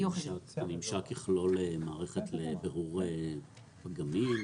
הממשק יכלול מערכת לבירור פגמים?